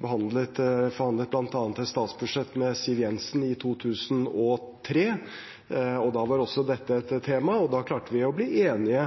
forhandlet bl.a. et statsbudsjett med Siv Jensen i 2003, og da var også dette et tema. Da klarte vi å bli enige